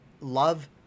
Love